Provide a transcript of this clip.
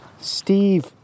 Steve